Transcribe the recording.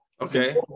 Okay